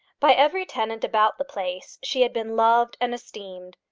by every tenant about the place she had been loved and esteemed.